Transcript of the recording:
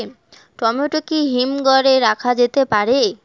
Tomato কি হিমঘর এ রাখা যেতে পারে?